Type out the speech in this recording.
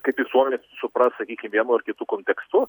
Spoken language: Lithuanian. kaip visuomenė supras sakykim vienu ar kitu kontekstu